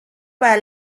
para